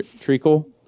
treacle